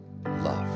Love